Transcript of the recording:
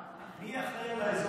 מי יהיה אחראי על האזור?